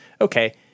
okay